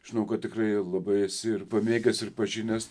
žinau kad tikrai labai esi ir pamėgęs ir pažinęs